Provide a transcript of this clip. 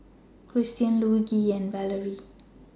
Christian Luigi and Valarie